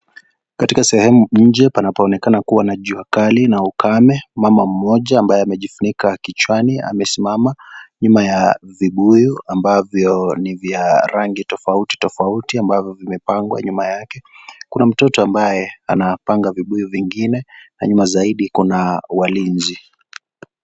Katika sehemu nje, panapoonekana kuwa na juakali na ukame, mama mmoja ambaye amejifunika kichwani, amesimama nyuma ya vibuyu ambavyo ni vya rangi tofauti tofauti, ambavyo vimepangwa nyuma yake. Kuna mtoto ambaye anapanga vibuyu vingine na nyuma zaidi kuna walinzi.